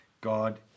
God